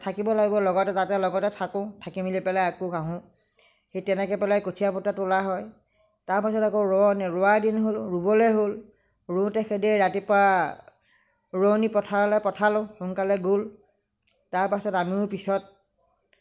থাকিব লাগিব লগতে তাতে লগতে থাকোঁ থাকি মেলি পেলায় আকৌ আহোঁ সেই তেনেকৈ পেলাই কঠিয়া তোলা হয় তাৰ পাছত আকৌ ৰোৱনী ৰোৱা দিন হ'ল ৰোবলৈ হ'ল ৰোওঁতে সেইদৰে ৰাতিপুৱা ৰোৱনী পথাৰলৈ পঠালোঁ সোনকালে পথাৰলৈ গ'ল তাৰ পাছত আমিও পিছত